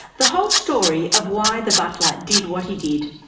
the whole story of why the butler did what he did,